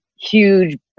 huge